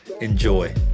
Enjoy